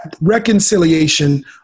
reconciliation